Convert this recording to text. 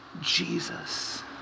Jesus